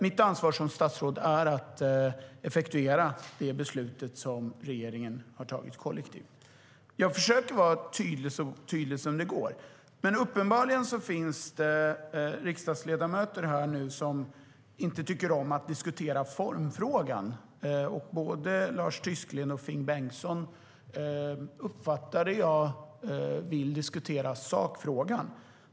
Mitt ansvar som statsråd är att effektuera det beslut som regeringen har tagit kollektivt. Jag försöker vara så tydlig som det går, men uppenbarligen finns det riksdagsledamöter som här och nu inte tycker om att diskutera formfrågan. Både Lars Tysklind och Finn Bengtsson uppfattade jag vill diskutera sakfrågan.